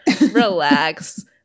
Relax